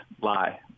lie